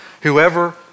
whoever